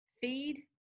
feed